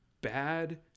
bad